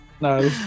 No